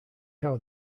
how